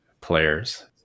players